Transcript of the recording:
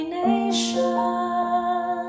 nation